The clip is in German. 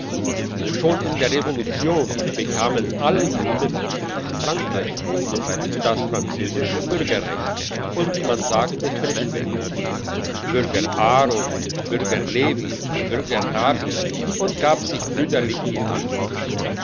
schon in der revolution bekamen alle juden die in frankreich wohnen das französische bürgerrecht und man sagte frischweg bürger aaron bürger levi bürger rabbi und gab sich brüderlich die hand